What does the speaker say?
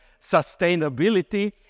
sustainability